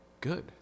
good